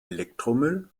elektromüll